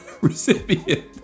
recipient